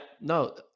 no